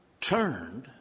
turned